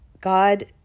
God